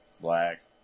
black